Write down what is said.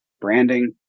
branding